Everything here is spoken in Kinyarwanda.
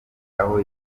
aho